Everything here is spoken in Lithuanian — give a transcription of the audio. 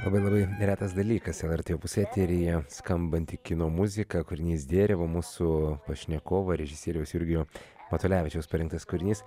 labai labai retas dalykas lrt opus eteryje skambanti kino muzika kūrinys dėrevo mūsų pašnekovo režisieriaus jurgio matulevičiaus parengtas kūrinys